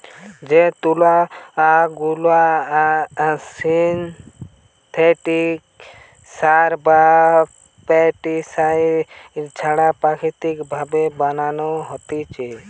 যে তুলা গুলা সিনথেটিক সার বা পেস্টিসাইড ছাড়া প্রাকৃতিক ভাবে বানানো হতিছে